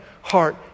heart